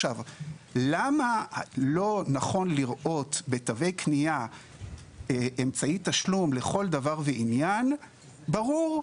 למה לא נכון לראות בתווי קנייה אמצעי תשלום לכל דבר ועניין ברור.